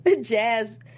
Jazz